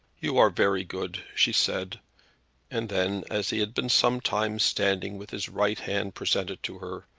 you are very good, she said and then as he had been some time standing with his right hand presented to her,